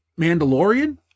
Mandalorian